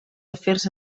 afers